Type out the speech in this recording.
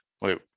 Wait